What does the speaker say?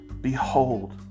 Behold